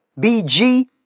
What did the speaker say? BG